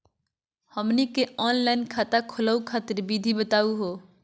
हमनी के ऑनलाइन खाता खोलहु खातिर विधि बताहु हो?